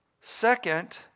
Second